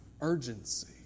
urgency